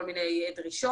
כל מיני דרישות.